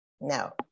no